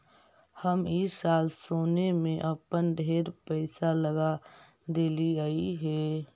हम ई साल सोने में अपन ढेर पईसा लगा देलिअई हे